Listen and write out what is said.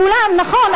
נכון,